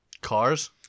Cars